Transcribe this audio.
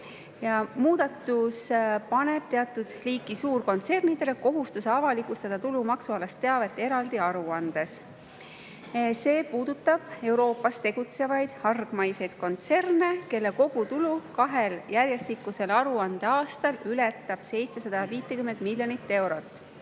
Muudatus paneb teatud liiki suurkontsernidele kohustuse avalikustada tulumaksualast teavet eraldi aruandes. See puudutab Euroopas tegutsevaid hargmaised kontserne, kelle kogutulu kahel järjestikusel aruandeaastal ületab 750 miljonit eurot.